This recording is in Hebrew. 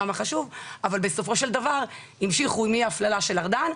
אבל בסופו של דבר המשיכו מההפללה של ארדן,